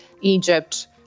Egypt